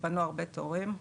הרבה תורים התפנו.